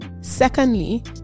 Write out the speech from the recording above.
Secondly